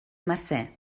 mercè